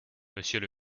monsieur